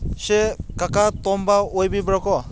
ꯁꯦ ꯀꯥꯀꯥ ꯇꯣꯝꯕ ꯑꯣꯏꯕꯤꯕ꯭ꯔꯥ ꯀꯣ